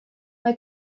mae